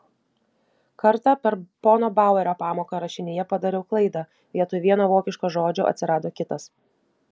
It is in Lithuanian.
kartą per pono bauerio pamoką rašinyje padariau klaidą vietoj vieno vokiško žodžio atsirado kitas